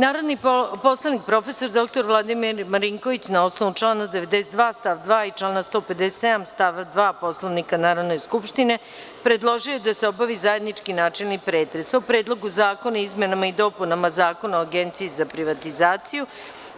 Narodni poslanik prof. dr Vladimir Marinković, na osnovu člana 92. stav 2. i člana 157. stav 2. Poslovnika Narodne skupštine, predložio je da se obavi zajednički načelni pretres o: Predlogu zakona o izmenama i dopunama Zakona o Agenciji za privatizaciju;